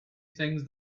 things